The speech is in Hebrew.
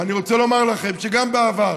ואני רוצה לומר לכם שגם בעבר,